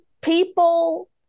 people